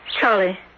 Charlie